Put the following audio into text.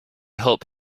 hope